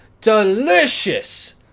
delicious